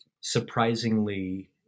surprisingly